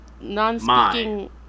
non-speaking